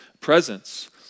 presence